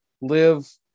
live